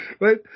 Right